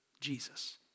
Jesus